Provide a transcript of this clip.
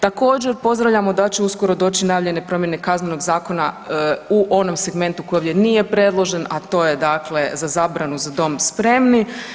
Također pozdravljamo da će uskoro doći najavljene promjene Kaznenog zakona u onom segmentu u kojem nije predložen, a to je da za zabranu „Za dom spremni“